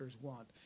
want